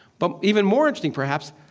but even more interesting perhaps,